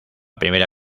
primera